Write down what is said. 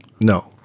No